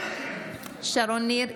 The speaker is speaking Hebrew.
שרון ניר,